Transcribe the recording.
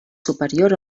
superior